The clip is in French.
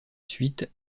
suite